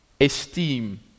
esteem